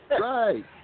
Right